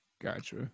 Gotcha